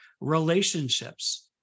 relationships